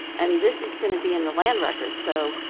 and this is going to be in the land records. so